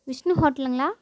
விஷ்ணு ஹோட்டலுங்களா